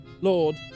Lord